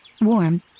warm